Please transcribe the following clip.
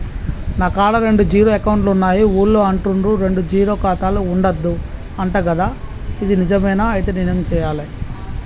నా కాడా రెండు జీరో అకౌంట్లున్నాయి ఊళ్ళో అంటుర్రు రెండు ఖాతాలు ఉండద్దు అంట గదా ఇది నిజమేనా? ఐతే నేనేం చేయాలే?